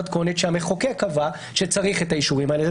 שהמחוקק קבע שצריך את האישורים האלה.